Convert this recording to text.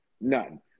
None